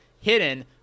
hidden